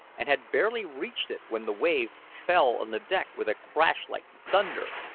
and had barely reached it when the wave fell on the deck with a crash like thunder.